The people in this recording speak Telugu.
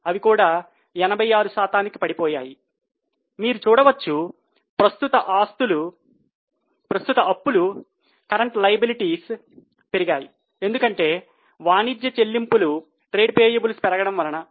ఇప్పుడు ప్రస్తుత చెల్లింపులు పెరగడం వలన